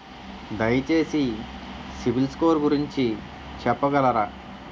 దయచేసి CIBIL score గురించి చెప్పగలరా?